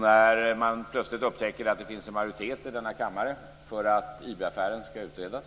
När man plötsligt upptäcker att det finns en majoritet i denna kammare för att IB-affären skall utredas